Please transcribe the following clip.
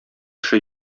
эше